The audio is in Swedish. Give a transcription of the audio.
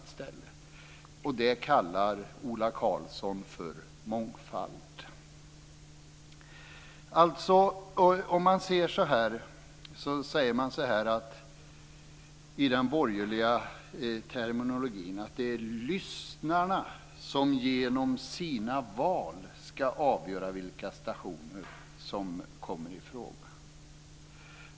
Det kallar Ola Karlsson för mångfald. Man säger i den borgerliga terminologin att det är lyssnarna som genom sina val ska avgöra vilka stationer som kommer i fråga.